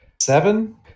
Seven